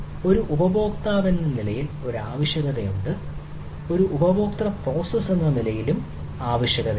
ഒരു ഉപയോക്താവെന്ന നിലയിൽ ഒരു ആവശ്യകത ഉണ്ട് ഒരു ഉപയോക്തൃ പ്രോസസ്സ് എന്ന നിലയിയിലും ഒരു ആവശ്യകതയുണ്ട്